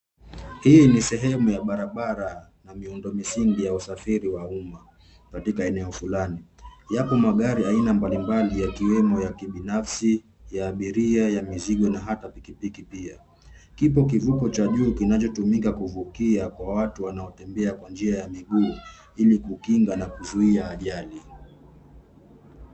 Hii ni sehemu ya barabara ina miundo misingi ya usafiri wa umma katika eneo fulani. Yapo magari aina mbali mbali yakiwemo ya kibinafsi ya abiria, ya mizigo, na hata piki piki pia. Kipo kivuko cha juu kinachotumika kuvukia na watu wanaotembea kwa njia ya miguu ili kukinga na kuzuia ajali.